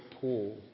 Paul